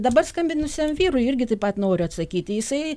dabar skambinusiam vyrui irgi taip pat noriu atsakyti jisai